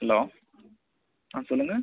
hello ஆ சொல்லுங்கள்